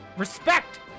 respect